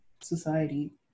society